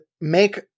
make